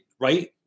right